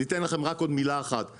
אני אתן לכם רק עוד מילה אחת דוגמה.